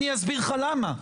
אני אסביר לך למה.